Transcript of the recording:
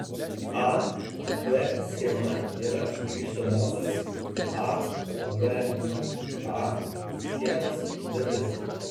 a b schema yra grįžtamosios a b a schemos dalis